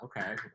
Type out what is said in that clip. Okay